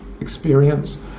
experience